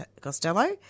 Costello